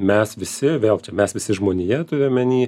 mes visi vėl mes visi žmonija turiu omeny